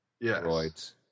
Yes